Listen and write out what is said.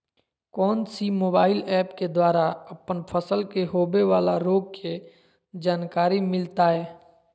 कौन सी mobile app के द्वारा अपन फसल के होबे बाला रोग के जानकारी मिलताय?